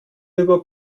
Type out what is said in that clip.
über